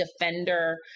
defender